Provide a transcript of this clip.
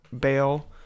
bail